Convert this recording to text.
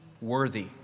worthy